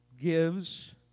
gives